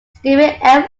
stephen